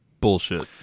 Bullshit